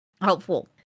helpful